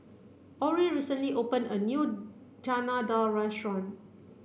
Orie recently opened a new Chana Dal restaurant